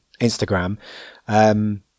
Instagram